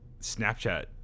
Snapchat